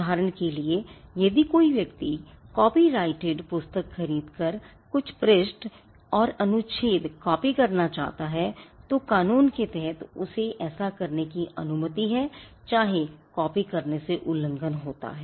उदाहरण के लिए यदि कोई व्यक्ति कोपिराइटिड पुस्तक खरीदकर कुछ पृष्ठ या अनुच्छेद कॉपी करना चाहता है तो क़ानून के तहत उसे ऐसा करने की अनुमति है चाहे कॉपी करने से उल्लंघन होता है